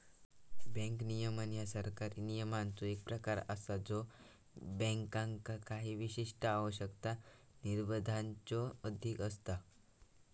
bank नियमन ह्या सरकारी नियमांचो एक प्रकार असा ज्यो बँकांका काही विशिष्ट आवश्यकता, निर्बंधांच्यो अधीन असता